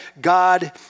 God